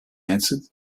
answered